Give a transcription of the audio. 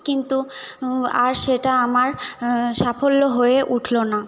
কিন্তু আর সেটা আমার আ সাফল্য হয়ে উঠলো না